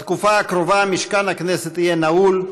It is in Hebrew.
בתקופה הקרובה משכן הכנסת יהיה נעול,